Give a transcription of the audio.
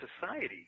society